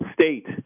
state